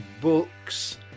books